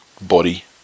body